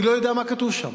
אני לא יודע מה כתוב שם,